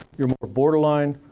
you're more borderline.